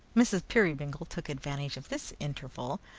mrs. peerybingle took advantage of this interval,